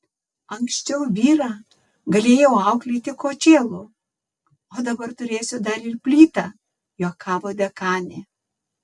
anksčiau vyrą galėjau auklėti kočėlu o dabar turėsiu dar ir plytą juokavo dekanė